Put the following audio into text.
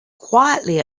quietly